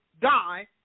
die